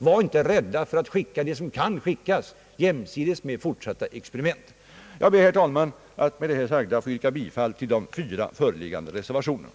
Var inte rädda för att skicka det som kan skickas jämsides med fortsatta experiment! Jag ber, herr talman, att med det sagda få yrka bifall till de fyra föreliggande reservationerna.